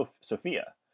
Sophia